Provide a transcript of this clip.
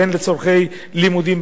והן לצורכי לימודים,